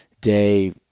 day